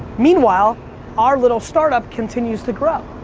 meanwhile our little startup continues to grow.